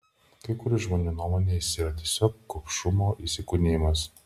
kai kurių žmonių nuomone jis yra tiesiog gobšumo įsikūnijimas